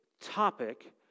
topic